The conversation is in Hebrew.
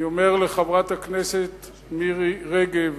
אני אומר לחברת הכנסת מירי רגב